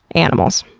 animals.